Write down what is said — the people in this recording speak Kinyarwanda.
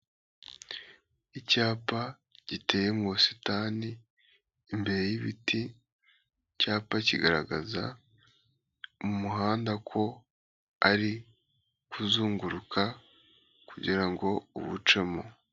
Icyapa giteye mu busitani imbere y'ibiti, icyapa kigaragaza umuhanda ko ari ukuzunguruka kugirango ngo uwucamo.